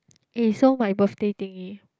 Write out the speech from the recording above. eh so my birthday thingy